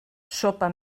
sopa